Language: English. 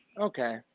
Okay